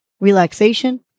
relaxation